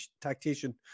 tactician